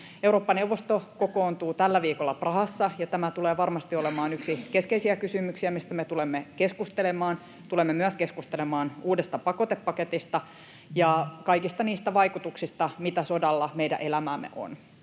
Eurooppa-neuvosto kokoontuu tällä viikolla Prahassa, ja tämä tulee varmasti olemaan yksi keskeisiä kysymyksiä, mistä me tulemme keskustelemaan. Tulemme myös keskustelemaan uudesta pakotepaketista ja kaikista niistä vaikutuksista, mitä sodalla meidän elämäämme on.